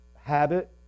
habit